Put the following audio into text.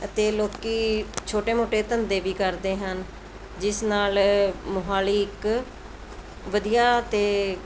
ਅਤੇ ਲੋਕ ਛੋਟੇ ਮੋਟੇ ਧੰਦੇ ਵੀ ਕਰਦੇ ਹਨ ਜਿਸ ਨਾਲ਼ ਮੋਹਾਲੀ ਇੱਕ ਵਧੀਆ ਅਤੇ